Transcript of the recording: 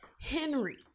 Henry